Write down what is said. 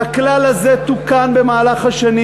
והכלל הזה תוקן במהלך השנים.